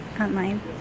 online